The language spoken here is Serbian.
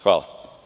Hvala.